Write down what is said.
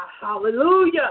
Hallelujah